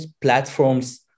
platforms